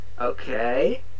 Okay